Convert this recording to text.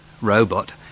robot